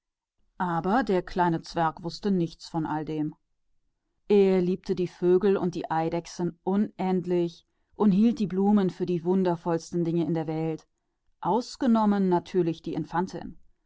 aber der kleine zwerg wußte nichts von alldem ihm gefielen die vögel und eidechsen sehr und er dachte die blumen seien die herrlichsten dinge in der ganzen welt ausgenommen natürlich die